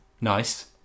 Nice